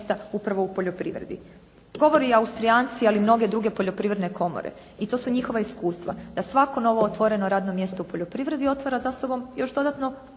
upravo u poljoprivredi. Govore Austrijanci ali i mnoge druge poljoprivredne komore i to su njihova iskustva da svako novo otvoreno radno mjesto u poljoprivredi otvara za sobom još dodatno